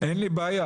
אין לי בעיה.